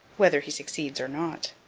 whether he succeeds or not.